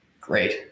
Great